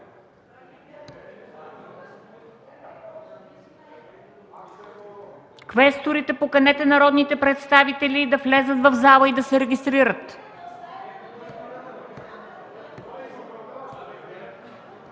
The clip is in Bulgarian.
Квесторите, поканете народните представители да влязат в залата и да се регистрират.